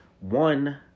one